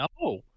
No